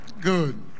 Good